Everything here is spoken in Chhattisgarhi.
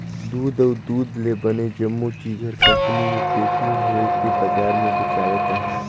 दूद अउ दूद ले बने जम्मो चीज हर कंपनी मे पेकिग होवके बजार मे बेचावत अहे